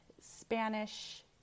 Spanish